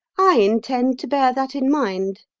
i intend to bear that in mind.